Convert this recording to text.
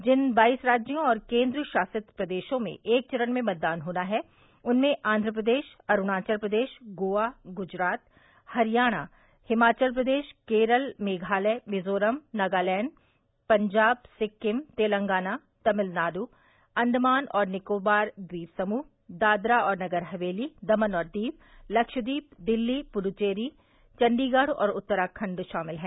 जिन बाईस राज्यों और केन्द्र शासित प्रदेशों में एक चरण में मतदान होना है उनमें आंध्रप्रदेश अरूणाचल प्रदेश गोवा ग्जरात हरियाणा हिमाचल प्रदेश केरल मेघालय मिजोरम नगालैंड पंजाब सिक्किम तेलंगाना तमिलनाड अंडमान और निकोबार द्वीप समूह दादरा और नगर हवेली दमन और दीव लक्षद्वीप दिल्ली पुडुचेरी चंडीगढ़ और उत्तराखंड शामिल हैं